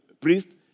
priest